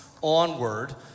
onward